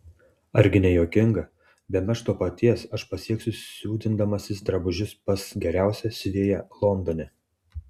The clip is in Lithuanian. argi ne juokinga bemaž to paties aš pasiekiu siūdindamasis drabužius pas geriausią siuvėją londone